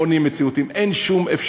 בואו נהיה מציאותיים,